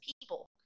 people